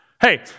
hey